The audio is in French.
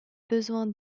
besoin